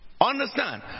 Understand